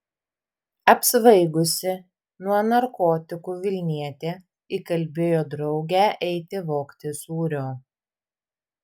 apsvaigusi nuo narkotikų vilnietė įkalbėjo draugę eiti vogti sūrio